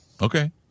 Okay